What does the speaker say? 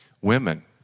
Women